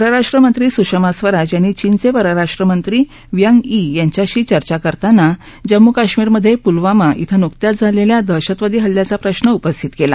परराष्ट्रमंत्री सुषमा स्वराज यांनी चीनचे परराष्ट्रमंत्री व्यँग यी यांच्याशी चर्चा करताना जम्मू कश्मीरमध्ये पुलवामा श्री नुकत्याच झालेल्या दहशतवादी हल्ल्याचा प्रश्र उपस्थित केला